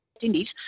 Indies